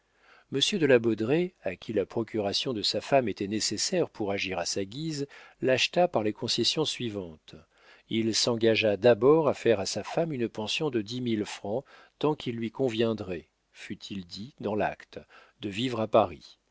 monsieur de la baudraye à qui la procuration de sa femme était nécessaire pour agir à sa guise l'acheta par les concessions suivantes il s'engagea d'abord à faire à sa femme une pension de dix mille francs tant qu'il lui conviendrait fut-il dit dans l'acte de vivre à paris